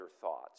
thoughts